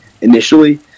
initially